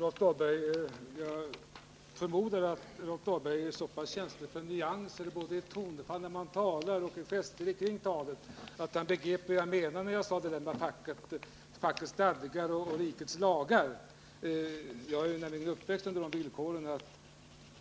Herr talman! Jag förmodar att Rolf Dahlberg är så känslig för nyanser i tonfallet när man talar och för gester kring talet att han begrep vad jag menade när jag talade om fackets stadgar och rikets lagar. Jag är nämligen uppväxt under de villkoren att man